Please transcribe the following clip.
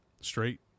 straight